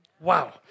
Wow